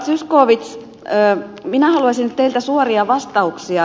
zyskowicz minä haluaisin teiltä suoria vastauksia